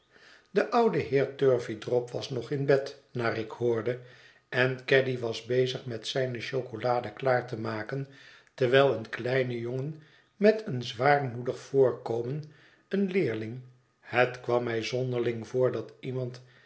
de oude heer turveydrop was nog in bed naar ik hoorde en caddy was bezig met zijne chocolade klaar te maken terwijl een kleine jongen met een zwaarmoedig voorkomen een leerling het kwam mij zonderling voor dat iemand